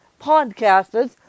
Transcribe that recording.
podcasters